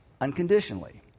unconditionally